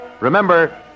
Remember